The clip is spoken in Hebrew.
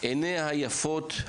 עיניה היפות,